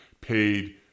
paid